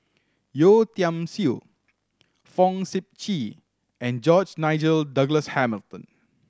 Yeo Tiam Siew Fong Sip Chee and George Nigel Douglas Hamilton